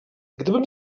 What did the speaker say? gdybym